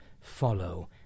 follow